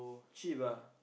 cheap ah